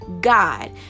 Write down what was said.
God